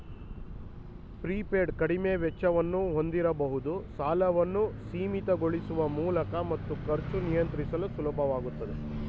prepaid ಕಡಿಮೆ ವೆಚ್ಚವನ್ನು ಹೊಂದಿರಬಹುದು ಸಾಲವನ್ನು ಸೀಮಿತಗೊಳಿಸುವ ಮೂಲಕ ಮತ್ತು ಖರ್ಚು ನಿಯಂತ್ರಿಸಲು ಸುಲಭವಾಗುತ್ತೆ